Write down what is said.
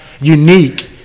unique